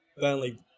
Burnley